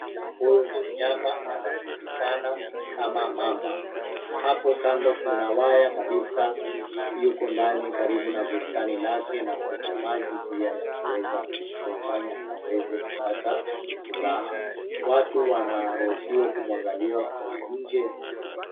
Huyu ni mnyama anayejulikana kama mamba. Hapo kando kuna waya kabisa iliyoko ndani karibu na bustani lake na kuna maji pia ya kuweza kumfanya aweze kupata furaha. Watu wanaruhusiwa kumwangalia kwa nje.